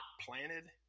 planted –